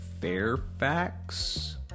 Fairfax